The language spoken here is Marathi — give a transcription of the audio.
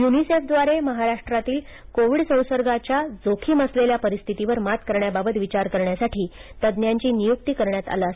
युनिसेफद्वारे महाराष्ट्रांतील कोविड संसर्गाच्या जोखिम असलेल्या परिस्थितीवर मात करण्याबाबत विचार करण्यासाठी तज्ञांची नियुक्ती करण्यात आली आहे